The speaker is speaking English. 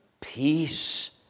peace